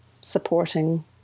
supporting